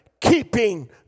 keeping